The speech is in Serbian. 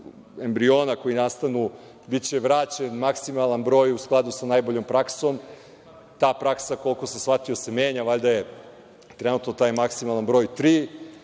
embriona koji nastanu, biće vraćen maksimalan broj u skladu sa najboljom praksom. Ta praksa, koliko sam shvatio, se manje, valjda je trenutno taj maksimalan broj tri.